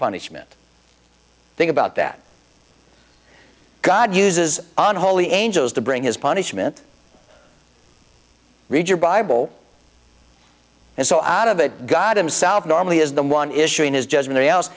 punishment think about that god uses unholy angels to bring his punishment read your bible and so out of it god himself normally is the one issue in his judgment or else